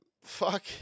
fuck